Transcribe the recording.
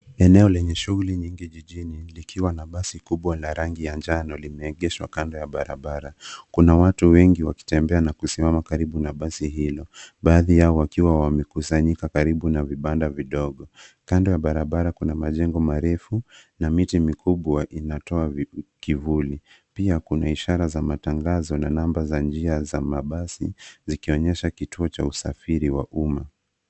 Eneo lenye shughuli nyingi jijini likiwa na basi kubwa la rangi ya njano limeegeshwa kando ya barabara. Kuna watu wengi wakitembea na kusimama karibu na basi hilo, baadhi yao wakiwa wamekusanyika karibu na vibanda vidogo. Kando ya barabara kuna majengo marefu na miti mikubwa inatoa kivuli. Pia kuna ishara za matangazo na namba za njia za mabasi zikionyesha kituo cha usafiri wa umma.